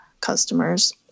customers